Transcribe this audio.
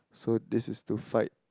so this is to fight